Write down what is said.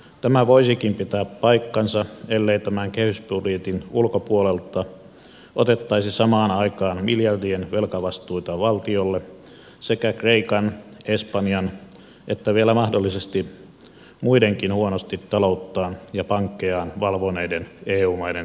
tämä voisikin pitää paikkansa ellei tämän kehysbudjetin ulkopuolelta otettaisi samaan aikaan miljardien velkavastuita valtiolle sekä kreikan espanjan että vielä mahdollisesti muidenkin huonosti talouttaan ja pankkejaan valvoneiden eu maiden tueksi